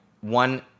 one